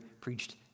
preached